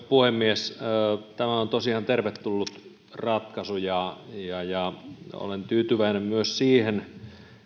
puhemies tämä on tosiaan tervetullut ratkaisu ja ja olen tyytyväinen myös siihen